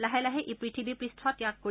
লাহে লাহে ই পথিৱী পূষ্ঠ ত্যাগ কৰিব